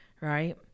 Right